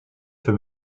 für